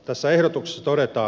tässä ehdotuksessa todetaan